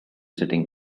sitting